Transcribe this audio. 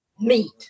meat